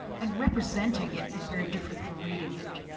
and representing it is very different from reading it.